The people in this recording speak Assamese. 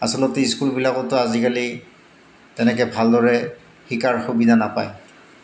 আচলতে স্কুলবিলাকতো আজিকালি তেনেকৈ ভালদৰে শিকাৰ সুবিধা নাপায়